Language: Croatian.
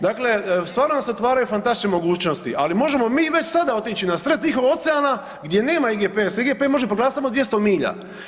Dakle, stvarno nam se otvaraju fantastične mogućnosti, ali možemo mi već sada otići na sred Tihog oceana gdje nama IGP-a jer se IGP može proglasiti samo 200 milja.